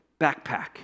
backpack